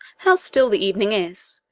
how still the evening is,